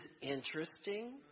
interesting